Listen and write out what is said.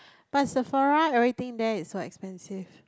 but Sephora everything there is so expensive